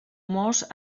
mos